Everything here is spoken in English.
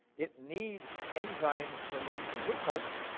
it needs enzymes for making glucose.